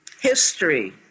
History